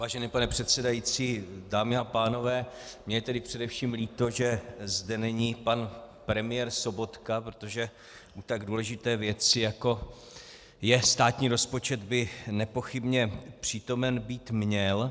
Vážený pane předsedající, dámy a pánové, mně je tedy především líto, že zde není pan premiér Sobotka, protože u tak důležité věci, jako je státní rozpočet, by nepochybně přítomen být měl.